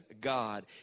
God